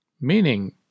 meaning